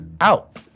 out